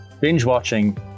binge-watching